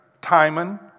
Timon